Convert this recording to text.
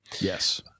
yes